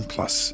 Plus